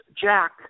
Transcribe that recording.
Jack